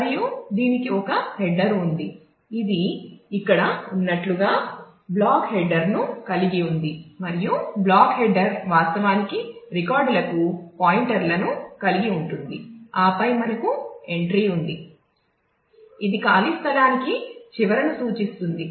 మరియు దీనికి ఒక హెడర్ను కలిగి ఉండటానికి ఇది మిమ్మల్ని అనుమతిస్తుంది